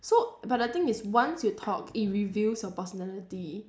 so but the thing is once you talk it reveals your personality